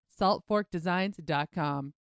saltforkdesigns.com